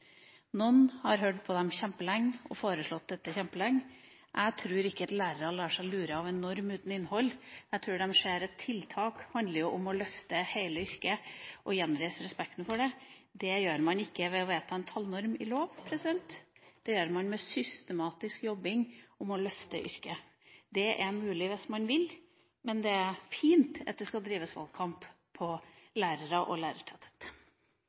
Noen har hørt på dem kjempelenge og foreslått dette kjempelenge. Jeg tror ikke lærerne lar seg lure av en norm uten innhold. Jeg tror de ser at tiltak handler om å løfte hele yrket og gjenreise respekten for det. Det gjør man ikke ved å vedta en tallnorm i lov. Det gjør man ved systematisk å jobbe med å løfte yrket. Det er mulig hvis man vil, men det er fint at det skal drives valgkamp på lærere og lærertetthet.